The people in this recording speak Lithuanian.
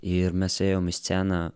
ir mes ėjom į sceną